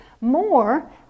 more